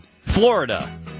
Florida